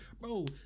bro